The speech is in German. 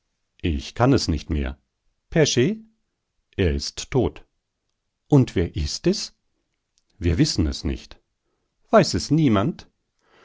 ich kann es nicht mehr perch er ist tot und wer ist es wir wissen es nicht weiß es niemand